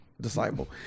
Disciple